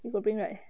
you got bring right